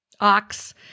ox